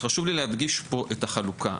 חשוב לי להדגיש פה את החלוקה.